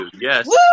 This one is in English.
Yes